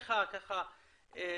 לך להגיב,